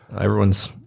Everyone's